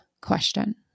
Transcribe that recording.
question